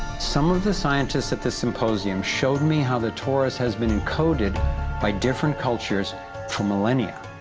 some of the scientists at the symposium showed me how the torus has been encoded by different cultures for millennia.